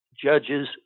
Judges